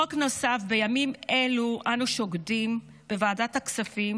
חוק נוסף, בימים אלו אנו שוקדים בוועדת הכספים